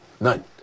None